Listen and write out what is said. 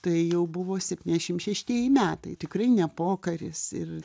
tai jau buvo septyniasdešim šeštieji metai tikrai ne pokaris ir